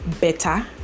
better